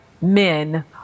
men